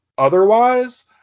otherwise